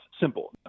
simple